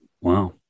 Wow